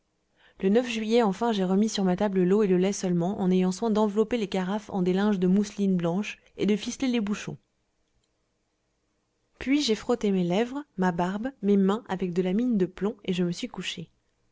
le juillet enfin j'ai remis sur ma table l'eau et le lait seulement en ayant soin d'envelopper les carafes en des linges de mousseline blanche et de ficeler les bouchons puis j'ai frotté mes lèvres ma barbe mes mains avec de la mine de plomb et je me suis couché